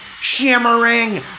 shimmering